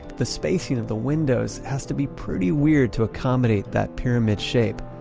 the spacing of the windows has to be pretty weird to accommodate that pyramid shape.